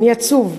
"אני עצוב".